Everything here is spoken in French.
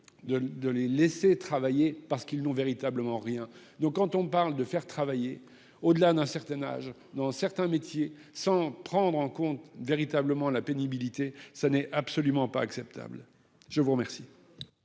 de les laisser travailler parce qu'ils n'ont véritablement rien donc quand on parle de faire travailler au-delà d'un certain âge dans certains métiers, sans prendre en compte véritablement la pénibilité ça n'est absolument pas acceptable. Je vous remercie.